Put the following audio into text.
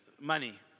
money